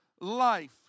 life